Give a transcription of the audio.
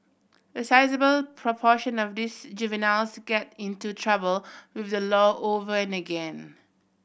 a sizeable proportion of these juveniles get into trouble with the law over and again